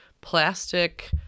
plastic